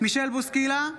מישל בוסקילה,